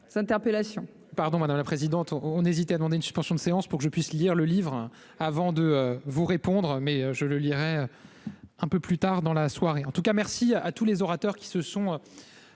Pardon, madame la présidente, on hésitait à demander une suspension de séance pour que je puisse lire le livre avant de vous répondre, mais je le lirai un peu plus tard dans la soirée, en tout cas merci à tous les orateurs qui se sont.